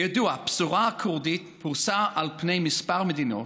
כידוע, הפזורה הכורדית פרוסה על פני כמה מדינות,